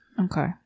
Okay